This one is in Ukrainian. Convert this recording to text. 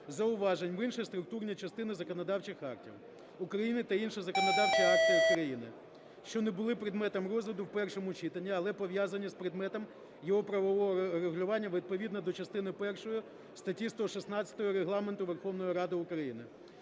зауважень в інші структурні частини законодавчих актів України та інших законодавчих актів України, що не були предметом розгляду в першому читанні, але пов'язані з предметом його правового врегулювання відповідно до частини першої статті 116 Регламенту Верховної Ради України.